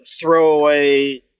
throwaway